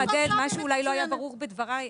משהו אולי לא היה ברור בדבריי,